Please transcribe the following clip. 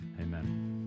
Amen